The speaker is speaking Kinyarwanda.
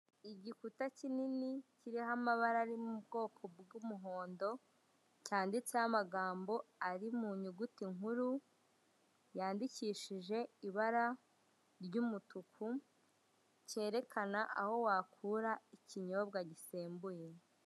Igikuta kinini kiriho amabara ari mu bwoko bw'umuhondo cyanditseho amagambo ari mu nyuguti nkuru yandikishije ibara ry'umutuku cyerekana aho wakura ikinyobwa gisembuye.